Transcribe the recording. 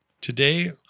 Today